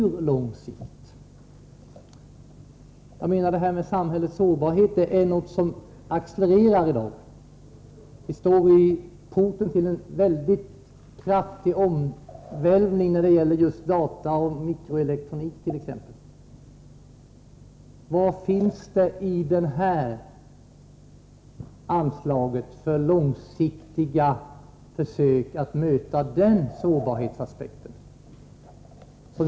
På hur lång sikt? Samhällets sårbarhet är någonting som accelererar i dag. Vi står inför porten till en väldigt kraftig omvälvning när det gäller t.ex. dataoch mikroelektronik. I vad mån går det här anslaget ut på att man långsiktigt skall försöka möta sårbarheten?